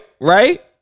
right